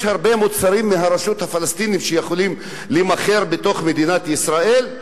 יש הרבה מוצרים מהרשות הפלסטינית שיכולים להימכר בתוך מדינת ישראל?